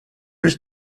ich